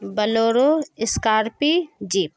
bolero scorpio jeep